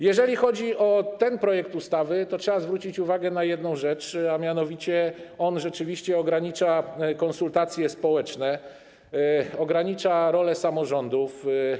Jeżeli chodzi o ten projekt ustawy, to trzeba zwrócić uwagę na jedną rzecz, a mianowicie on rzeczywiście ogranicza konsultacje społeczne, ogranicza rolę samorządów.